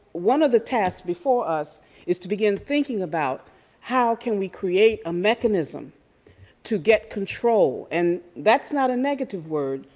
one of the tasks before us is to begin thinking about how can we create a mechanism to get control? and that's not a negative word,